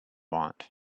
want